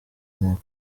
inteko